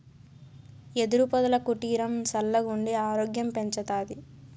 యెదురు పొదల కుటీరం సల్లగుండి ఆరోగ్యం పెంచతాది